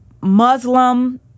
Muslim